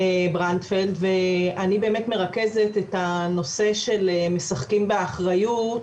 אני באמת מרכזת את הנושא של "משחקים באחריות"